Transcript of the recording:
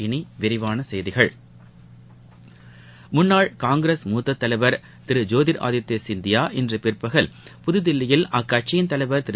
இனி விரிவான செய்திகள் முன்னாள் காங்கிரஸ் மூத்த தலைவர் திரு ஜோதிர் ஆதித்ய சிந்தியா இன்று பிற்பகல் புதுதில்லியில் அக்கட்சியின் தலைவர் திரு